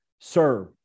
Serve